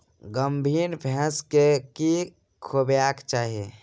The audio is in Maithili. गाभीन भैंस केँ की खुएबाक चाहि?